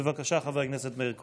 בבקשה, חבר הכנסת מאיר כהן.